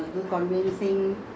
different clients will come